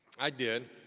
i did.